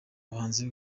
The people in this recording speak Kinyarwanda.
buhanzi